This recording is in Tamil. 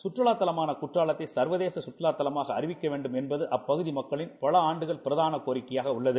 சுற்றலாதலமானகுற்றாலத் தைசர்வதேசசுற்றுலாத்தலமாகஅறிவிக்கவேண்டும் அப்பகுதிமக்களின்பலஆண்டுகள்பிரதானகோரிக்கையாக உள்ளது